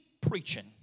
preaching